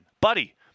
buddy